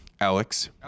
Alex